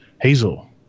Hazel